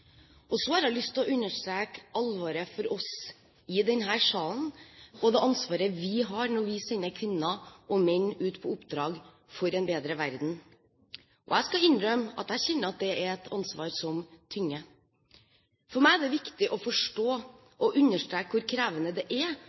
og veldig god. Så har jeg lyst til å understreke alvoret for oss i denne salen, og det ansvaret vi har når vi sender kvinner og menn ut på oppdrag for en bedre verden. Jeg skal innrømme at jeg kjenner at det er et ansvar som tynger. For meg er det viktig å forstå og understreke hvor krevende det er